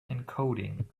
encoding